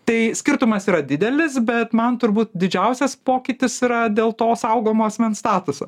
tai skirtumas yra didelis bet man turbūt didžiausias pokytis yra dėl to saugomo asmens statuso